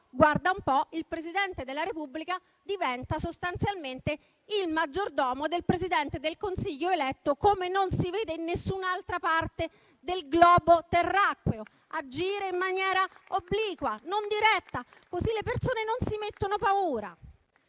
modificato, però il Presidente della Repubblica diventa sostanzialmente il maggiordomo del Presidente del Consiglio eletto, come non si vede in nessun'altra parte del globo terracqueo. Agite in maniera obliqua, non diretta, così le persone non si mettono paura.